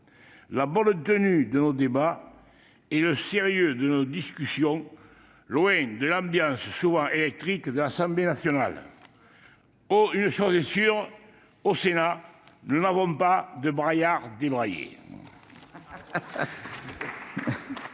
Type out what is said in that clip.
la bonne tenue de nos débats et le sérieux de nos discussions, loin de l'ambiance souvent électrique de l'Assemblée nationale. Une chose est sûre : au Sénat, nous n'avons pas de braillards débraillés